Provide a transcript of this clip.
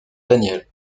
daniel